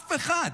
אף אחד.